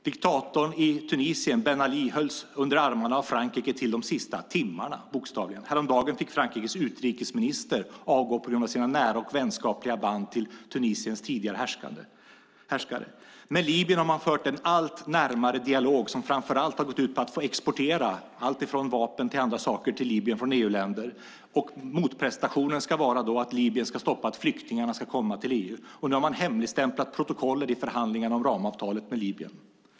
Diktatorn i Tunisien Ben Ali hölls under armarna av Frankrike bokstavligen intill de sista timmarna. Häromdagen fick Frankrikes utrikesminister avgå på grund av sina nära och vänskapliga band till Tunisiens tidigare härskare. Med Libyen har man fört en allt närmare dialog som framför allt har gått ut på att få exportera allt från vapen till andra saker till Libyen från EU-länder. Motprestationen ska vara att Libyen ska stoppa att flyktingarna ska komma till EU. Nu har man hemligstämplat protokollet i förhandlingarna om ramavtalet med Libyen.